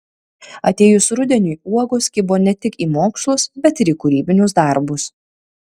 atėjus rudeniui uogos kibo ne tik į mokslus bet ir į kūrybinius darbus